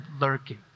lurking